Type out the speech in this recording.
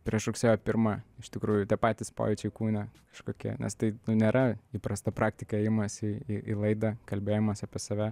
prieš rugsėjo pirmą iš tikrųjų tie patys pojūčiai kūne kažkokie nes tai nu nėra įprasta praktika ėjimas į į į laidą kalbėjimas apie save